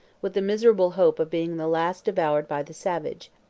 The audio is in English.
with the miserable hope of being the last devoured by the savage.